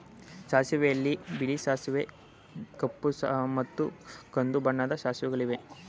ಸಾಸಿವೆಯಲ್ಲಿ ಬಿಳಿ ಸಾಸಿವೆ ಕಪ್ಪು ಮತ್ತು ಕಂದು ಬಣ್ಣದ ಸಾಸಿವೆಗಳಿವೆ